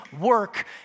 work